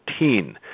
2014